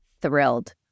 thrilled